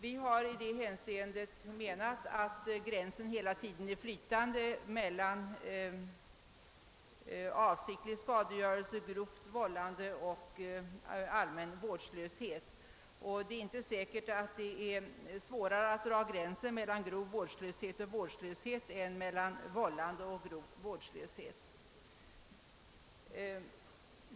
Vi har i det hänseendet ansett att gränsen mellan avsiktlig skadegörelse, grovt vållande och allmän vårdslöshet hela tiden är flytande. Det är inte säkert att det är svårare att dra gränsen mellan grov vårdslöshet och vårdslöshet än mellan uppsåtligt vållande och grov vårdslöshet.